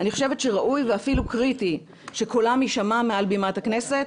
אני חושבת שראוי ואפילו קריטי שקולם יישמע מעל בימת הכנסת,